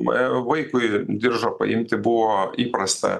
vaikui diržą paimti buvo įprasta